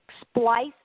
splice